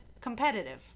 competitive